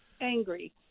angry